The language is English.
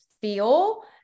feel